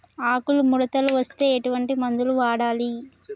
ఆకులు ముడతలు వస్తే ఎటువంటి మందులు వాడాలి?